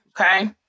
Okay